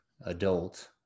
adult